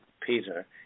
Peter